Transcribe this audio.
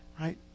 Right